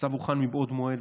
הצו הוכן מבעוד מועד,